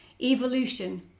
evolution